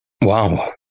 Wow